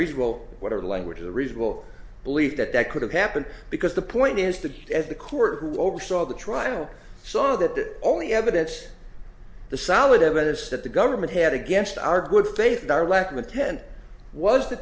reasonable whatever the language is a reasonable belief that that could have happened because the point is that as the court who oversaw the trial saw that the only evidence the solid evidence that the government had against our good faith and our lack of intent was the